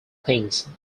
things